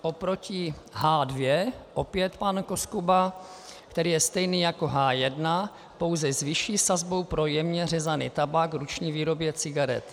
Oproti H2, opět pan Koskuba, který je stejný jako H1, pouze s vyšší sazbou pro jemně řezaný tabák k ruční výrobě cigaret.